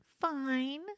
Fine